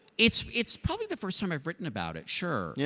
it's it's probably the first time i've written about it, sure. yeah